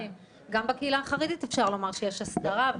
דבר, אפשר לומר שיש הסתרה.